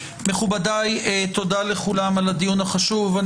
מכובדיי, תודה לכולם על הדיון החשוב.